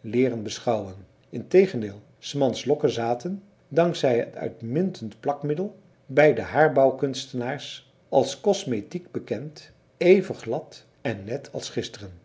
leeren beschouwen integendeel s mans lokken zaten dank zij het uitmuntend plakmiddel bij de haarbouwkunstenaars als cosmétique bekend even glad en net als gisteren